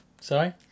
Sorry